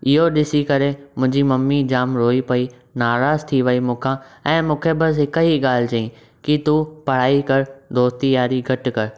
इहो ॾिसी करे मुंहिंजी मम्मी जाम रोई पेई नाराज़ु थी वेई मूंखा ऐं मूंखे बस हिकु ही ॻाल्हि चई कि तूं पढ़ाई कर दोस्ती यारी घटि कर